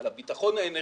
על הביטחון האנרגטי,